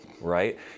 right